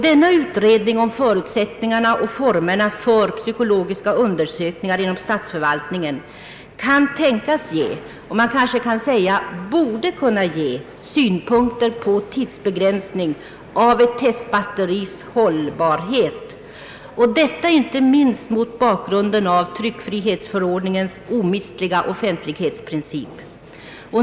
Denna utredning om förutsättningarna och formerna för psykologiska undersökningar inom statsförvaltningen borde kunna ge synpunkter på tidsbegränsning av ett testbatteris hållbarhet, detta inte minst mot bakgrunden av tryckfrihetsförordningens omistliga offentlighetsprincip.